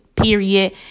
period